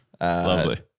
Lovely